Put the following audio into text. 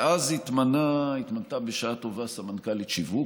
ואז התמנתה בשעה טובה סמנכ"לית שיווק,